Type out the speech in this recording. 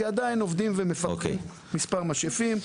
כי עדיין עובדים על פיתוח של מספר משאפים.